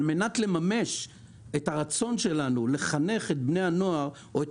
על מנת לממש את הרצון שלנו לחנך את בני הנוער או את